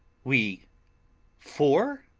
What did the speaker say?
we four?